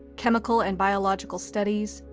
chemical and biological studies,